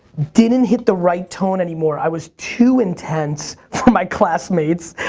didn't hit the right tone anymore. i was too intense for my classmates,